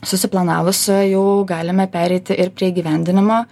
susiplanavus jau galime pereiti ir prie įgyvendinimo